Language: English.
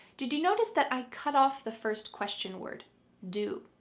did you notice that i cut off the first question word do?